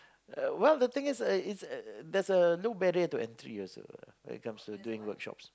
uh well the thing is uh it's uh there's a no barrier to entry also lah when it comes to doing workshops